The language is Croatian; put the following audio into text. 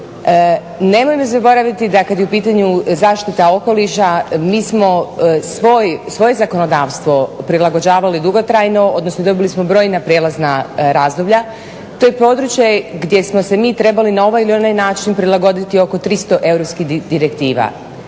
Nemojmo zaboraviti da kad je u pitanju zaštita okoliša mi smo svoje zakonodavstvo prilagođavali dugotrajno, odnosno dobili smo brojna prijelazna razdoblja. To je područje gdje smo se mi trebali na ovaj ili onaj način prilagoditi oko 300 europskih direktiva.